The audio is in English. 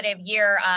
year